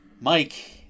Mike